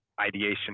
ideation